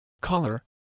color